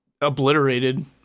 obliterated